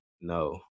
no